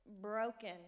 broken